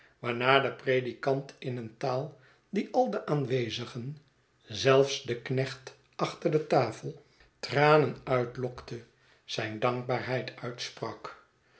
waarna de predikant in een taal die al de aanwezigen zelfs den knecht achter tafel be oude juffrouw tranen ontlokte zijn dankbaarheid uitsprak